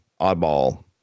oddball